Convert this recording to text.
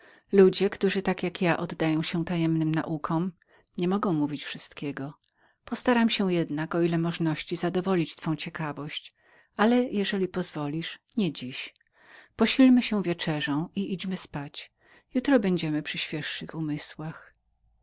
ludzie którzy tak jako ja oddają się tajemniczym naukom nie mogą wypowiedzieć wszystkiego postaram się jednak o ile możności zadowolić ciekawość ale jeżeli pozwolisz nie tego wieczora posilmy się wieczerzą i idźmy spać jutro będziemy przy świeższych umysłach